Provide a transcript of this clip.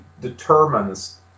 determines